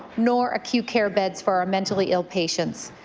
nor acute care beds for our mentally ill patients.